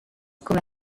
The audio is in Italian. come